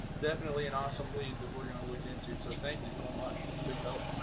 definitely an awesome lead that we're going to look into. so thank you so much, it's a big help.